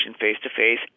face-to-face